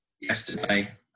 yesterday